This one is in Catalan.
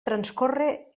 transcorre